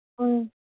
ꯎꯝ